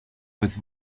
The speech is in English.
with